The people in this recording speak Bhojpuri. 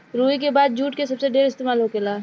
रुई के बाद जुट के सबसे ढेर इस्तेमाल होखेला